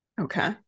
Okay